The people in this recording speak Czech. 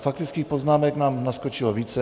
Faktických poznámek nám naskočilo více.